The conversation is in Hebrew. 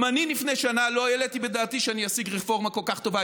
גם אני לפני שנה לא העליתי בדעתי שאני אשיג רפורמה כל כך טובה.